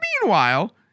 Meanwhile